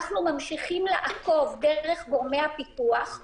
אנחנו ממשיכים לעקוב דרך גורמי הפיקוח.